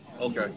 Okay